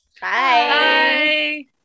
bye